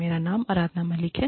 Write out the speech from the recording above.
मेरा नाम आराधना मलिक है